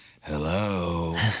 hello